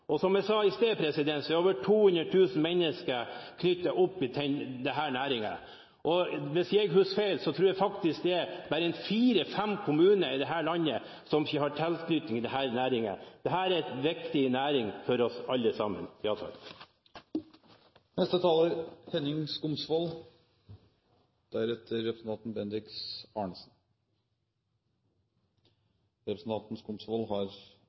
Som jeg sa i stad, er over 200 000 mennesker knyttet til denne næringen. Hvis jeg ikke husker feil, tror jeg faktisk det er bare fire–fem kommuner i dette landet som ikke har tilknytning til denne næringen. Dette er en viktig næring for oss alle sammen.